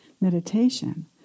meditation